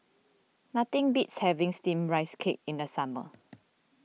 nothing beats having Steamed Rice Cake in the summer